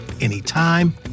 anytime